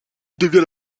devient